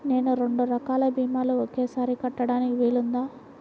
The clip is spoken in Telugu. నేను రెండు రకాల భీమాలు ఒకేసారి కట్టడానికి వీలుందా?